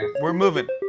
we're moving.